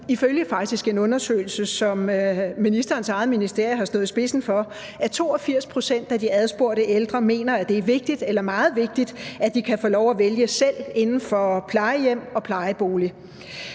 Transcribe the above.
ifølge en undersøgelse, som ministerens eget ministerium har stået i spidsen for, at 82 pct. af de adspurgte ældre mener, at det er vigtigt eller meget vigtigt, at de kan få lov at vælge selv inden for plejehjem og plejebolig.